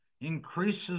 increases